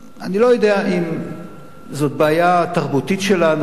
ואני לא יודע אם זאת בעיה תרבותית שלנו,